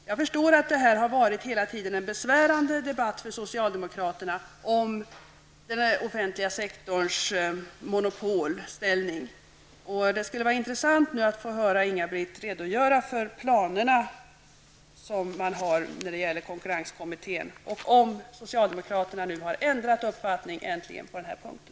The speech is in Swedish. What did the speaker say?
Jag förstår att det hela tiden har varit en besvärande debatt för socialdemokraterna om den offentliga sektorns monopolställning. Det skulle vara intressant att få höra Inga-Britt Johansson redogöra för de planer som man har när det gäller konkurrenskommittén och om socialdemokraterna äntligen har ändrat uppfattning på den här punkten.